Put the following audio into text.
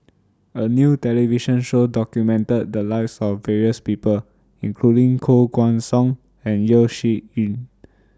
A New television Show documented The Lives of various People including Koh Guan Song and Yeo Shih Yun